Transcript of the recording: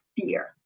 fear